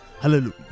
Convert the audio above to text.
Hallelujah